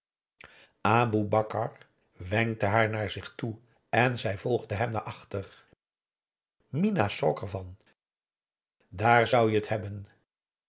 aboe bakar wenkte haar naar zich toe en zij volgde hem naar achter minah schrok ervan daar zou je het hebben